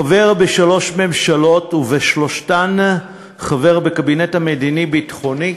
חבר בשלוש ממשלות ובשלושתן חבר בקבינט המדיני-ביטחוני,